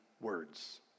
words